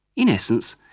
in essence,